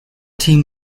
team